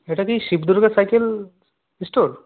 এটা কি Shivdurga cycle store